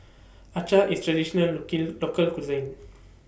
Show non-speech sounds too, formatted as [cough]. Acar IS Traditional [unintelligible] Local Cuisine